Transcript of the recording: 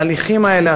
התהליכים האלה,